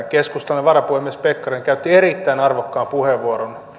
keskustan varapuhemies pekkarinen käytti erittäin arvokkaan puheenvuoron